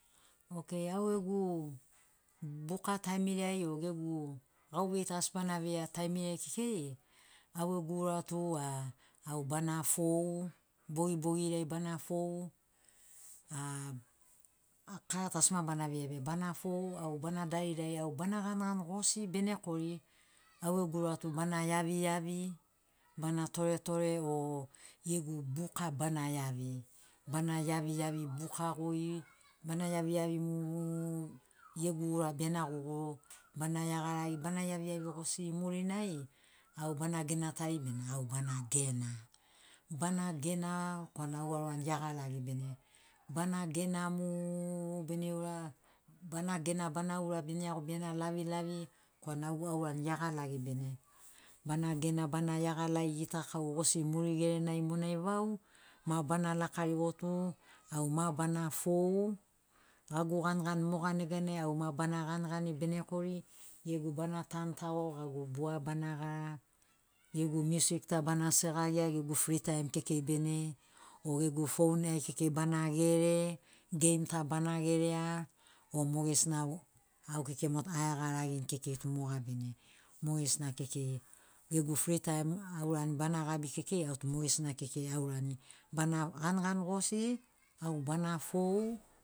Okei au gegu buka taimiri ai o gegu gauvei ta asi bana veia taimiriai kekei au gegu ura tu a au bana fou bogibogiriai bana fou a kara ta asi ma bana veia be bana fou au bana daridari au bana ganigani gosi bene kori au gegu ura tu bana iavi iavi bana toretore o gegu buka bana iavi bana iavi iavi buka goi bana iavi iavi mu gegu ura bene guguru bana iagaragi bana iaviiavi gosi murinai au bana gena tari bena au bana gena bana gena korana au aurani iagalagani bene bana gena mu bene ura bana gena bana uravini iaogo benea lavilavi korana au aurani iagalagi bene bana gena bana iagalani gitakaugosi muri gerenai monai vau ma bana laka rigo tu au ma bana fou agu ganigani moga neganai au ma bana ganigani bene kori gegu bana tantago gagu bua bana gara gegu miusik ta bana sagagia gegu fritaim kekei bene o gegu fon ai kekei bana gere geim ta bana gerea o mogesina au au kekei motu aeagalagini kekei tu moga bene mogesina kekei gegu fritaim aurani bana gabi kekei au tu mogesina kekei aurani bana ganigani gosi au bana fou